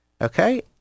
okay